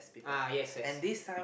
ah yes west